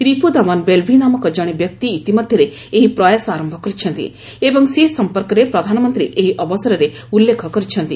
ରିପୁଦମନ ବେଲ୍ଭି ନାମକ ଜଣେ ବ୍ୟକ୍ତି ଇତିମଧ୍ୟରେ ଏହି ପ୍ରୟାସ ଆରମ୍ଭ କରିଛନ୍ତି ଏବଂ ସେ ସଂପର୍କରେ ପ୍ରଧାନମନ୍ତ୍ରୀ ଏହି ଅବସରରେ ଉଲ୍ଲ୍ରେଖ କରିଛନ୍ତି